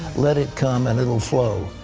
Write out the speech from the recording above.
let it come and it will flow.